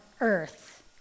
earth